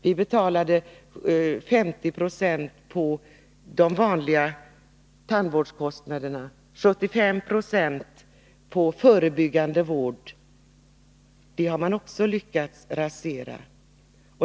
Vi betalade 50 96 av de vanliga tandvårdskostnaderna och 75 26 på förebyggande vård. Det har man också lyckats rasera.